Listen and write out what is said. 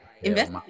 invest